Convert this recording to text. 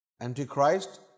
Antichrist